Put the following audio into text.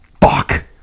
Fuck